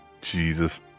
Jesus